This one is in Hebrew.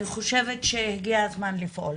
אני חושבת שהגיע הזמן לפעול.